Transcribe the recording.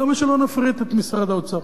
למה שלא נפריט את משרד האוצר?